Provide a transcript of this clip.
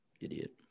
idiot